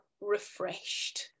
refreshed